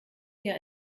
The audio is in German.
hier